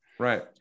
Right